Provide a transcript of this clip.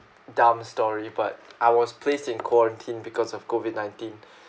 dumb story but I was placed in quarantine because of COVID nineteen